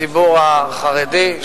הציבור החרדי,